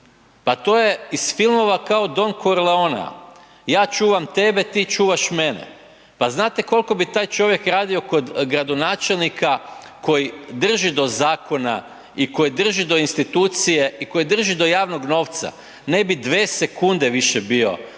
Pa to je iz filmova kao Don Corleonea, ja čuvam tebe, ti čuvaš mene. Pa znate koliko bi taj čovjek radio kod gradonačelnika koji drži do zakona i koji drži do institucije i koji drži do javnog novca? Ne bi 2 sekunde više bio